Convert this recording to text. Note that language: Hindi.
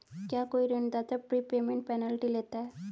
क्या कोई ऋणदाता प्रीपेमेंट पेनल्टी लेता है?